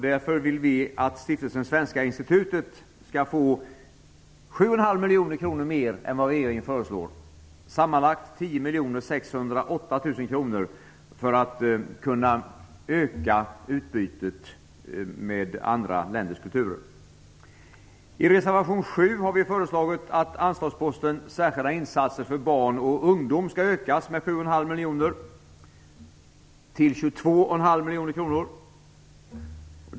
Därför vill vi att Stiftelsen Svenska institutet skall få 7,5 miljoner kronor mer än vad regeringen föreslår. Sammanlagt innebär det 10 608 000 kr till att öka utbytet med andra länders kulturer. I reservation 7 har vi föreslagit att anslagsposten särskilda insatser för barn och ungdomar skall ökas med 7,5 miljoner kronor till 22,5 miljoner kronor.